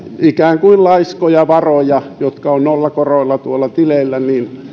ikään kuin laiskoja varoja jotka ovat nollakoroilla tuolla tileillä